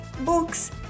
books